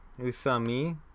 Usami